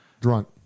Drunk